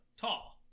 tall